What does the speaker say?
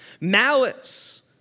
malice